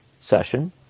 session